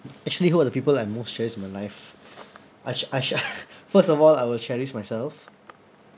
actually who are the people I most cherish in my life I ch~ I ch~ first of all I would cherish myself